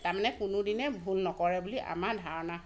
তাৰ মানে কোনোদিনে ভুল নকৰে বুলি আমাৰ ধাৰণা হয়